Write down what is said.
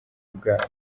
bwabo